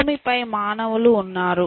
భూమి పై మానవులు ఉన్నారు